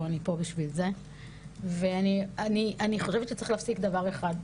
אני פה בשביל זה ואני חושבת שצריך להפסיק דבר אחד,